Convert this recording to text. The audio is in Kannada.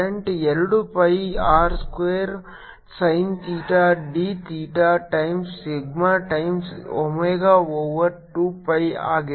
rsinθω ಆದ್ದರಿಂದ ಈ ಬ್ಯಾಂಡ್ ನೀಡುತ್ತಿರುವ ಕರೆಂಟ್ ಎರಡು pi R square sin theta d theta times sigma times omega over 2 pi ಆಗಿದೆ